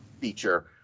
feature